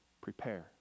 prepare